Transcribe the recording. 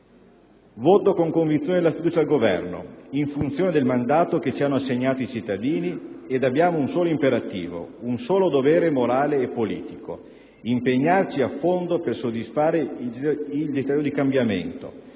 Voto con convinzione la fiducia al Governo, in funzione del mandato che ci hanno assegnato i cittadini ed abbiamo un solo imperativo, un solo dovere morale e politico: impegnarci a fondo per soddisfare il desiderio di cambiamento,